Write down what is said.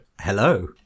Hello